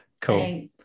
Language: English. Cool